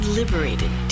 liberated